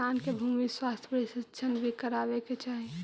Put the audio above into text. किसान के भूमि स्वास्थ्य परीक्षण भी करवावे के चाहि